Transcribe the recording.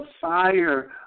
fire